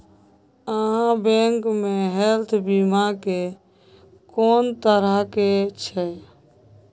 आहाँ बैंक मे हेल्थ बीमा के कोन तरह के छै?